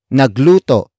nagluto